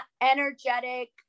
energetic